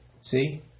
See